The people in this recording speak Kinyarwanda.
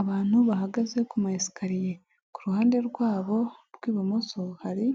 Abantu bahagaze ku masikariye kuruhande rwabo rw'ibumoso hari